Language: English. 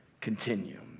continue